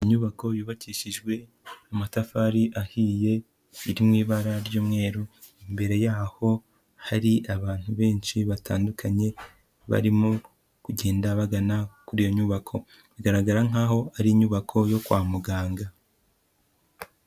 Inyubako yubakishijwe amatafari ahiye, iri mu ibara ry'umweru, imbere yaho hari abantu benshi batandukanye, barimo kugenda bagana kuri iyo nyubako, igaragara nkaho ari inyubako yo kwa muganga.